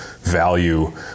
value